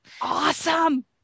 awesome